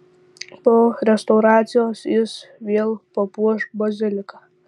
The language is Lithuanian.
po restauracijos jis vėl papuoš baziliką